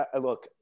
look